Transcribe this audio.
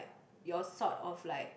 your sort of like